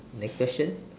next question